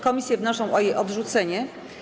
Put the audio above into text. Komisje wnoszą o jej odrzucenie.